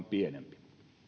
pienempi